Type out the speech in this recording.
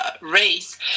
race